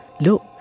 Look